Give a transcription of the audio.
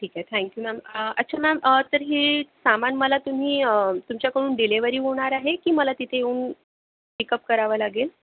ठीक आहे thank you ma'am अच्छा मॅम तर हे सामान मला तुम्ही तुमच्याकडून डिलेवरी होणार आहे की मला तिथे येऊन पिकअप करावं लागेल